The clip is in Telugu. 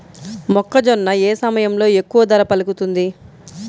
మొక్కజొన్న ఏ సమయంలో ఎక్కువ ధర పలుకుతుంది?